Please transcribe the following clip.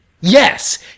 yes